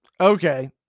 Okay